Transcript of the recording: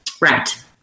Right